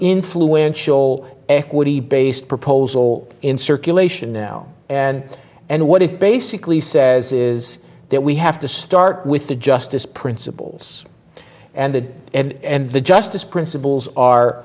influential equity based proposal in circulation now and and what it basically says is that we have to start with the justice principles and that and the justice principles are